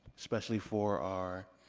especially for our